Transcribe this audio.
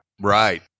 Right